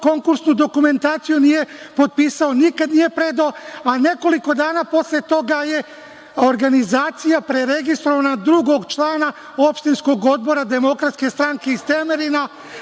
konkursnu dokumentaciju nije potpisao, nikad nije predao, a nekoliko dana posle toga je organizacija preregistrovana na drugog člana opštinskog odbora DS iz Temerina,